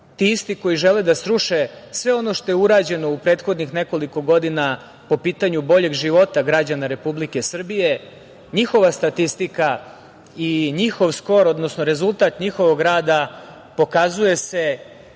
ti isti koji žele da sruše sve ono što je urađeno u prethodnih nekoliko godina po pitanju boljeg života građana Republike Srbije, njihova statistika i njihov skor, odnosno rezultat njihovog rada pokazuje se